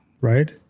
right